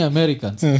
Americans